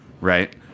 right